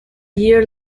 year